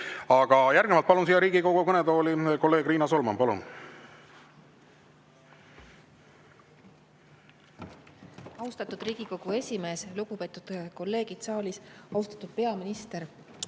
Järgnevalt palun Riigikogu kõnetooli kolleeg Riina Solmani. Palun! Austatud Riigikogu esimees! Lugupeetud kolleegid saalis! Austatud peaminister